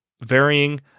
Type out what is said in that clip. varying